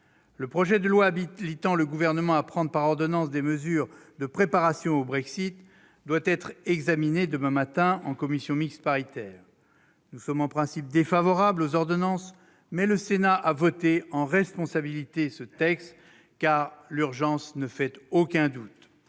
Le projet de loi habilitant le Gouvernement à prendre par ordonnances des mesures de préparation au Brexit doit être examiné demain matin en commission mixte paritaire. Nous sommes en principe défavorables aux ordonnances, mais, prenant ses responsabilités, le Sénat a voté ce texte, car il y a urgence- cela ne fait aucun doute.